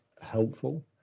helpful